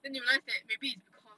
then they realise that maybe it's because